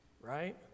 right